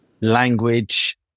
language